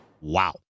Wow